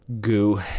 goo